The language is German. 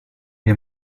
wir